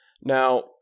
Now